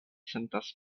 sentas